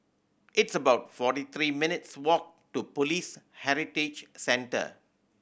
it's about forty three minutes' walk to Police Heritage Centre